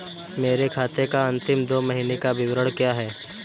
मेरे खाते का अंतिम दो महीने का विवरण क्या है?